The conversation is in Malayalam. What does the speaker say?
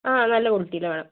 ആ നല്ല ക്വാളിറ്റിയിൽ വേണം